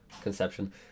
conception